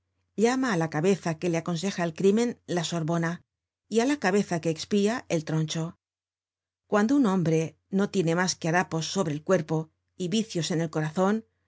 llama á la cabeza que le aconseja el crimen la sorbona y á la cabeza que expía el troncho cuando un hombre no tiene mas que harapos sobre el cuerpo y vicios en el corazon